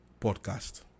podcast